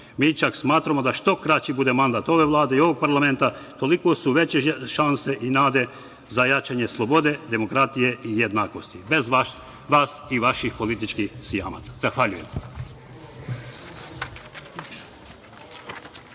Mi čak smatramo da što kraći bude mandat ove Vlade i ovog parlamenta toliko su veće šanse i nade za jačanje slobode, demokratije i jednakosti bez vas i vaših političkih sijamaca. Zahvaljujem.